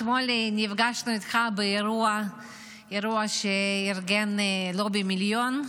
אתמול נפגשנו איתך באירוע שארגן לובי המיליון,